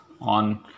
on